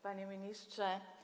Panie Ministrze!